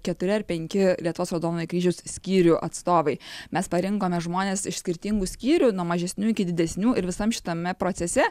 keturi ar penki lietuvos raudonojo kryžiaus skyrių atstovai mes parinkome žmones iš skirtingų skyrių nuo mažesnių iki didesnių ir visam šitame procese